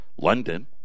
London